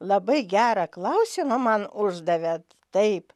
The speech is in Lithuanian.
labai gerą klausimą man uždavėt taip